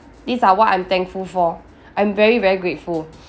these are what I'm thankful for I'm very very grateful